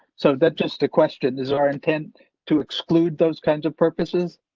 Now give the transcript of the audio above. so that just the question is our intent to exclude those kinds of purposes.